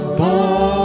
born